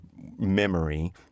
memory